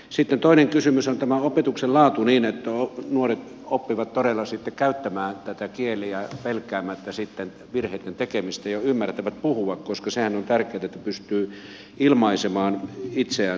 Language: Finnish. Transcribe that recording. sitten toinen kysymys on tämä opetuksen laatu niin että nuoret oppivat todella sitten käyttämään kieliä pelkäämättä virheitten tekemistä ja ymmärtävät puhua koska sehän on tärkeätä että pystyy ilmaisemaan itseänsä